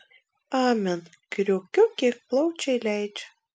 amen kriokiu kiek plaučiai leidžia